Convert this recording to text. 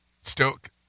stoke